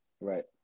Right